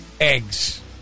eggs